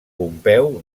pompeu